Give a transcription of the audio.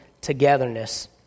togetherness